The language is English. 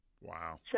Wow